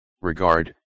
regard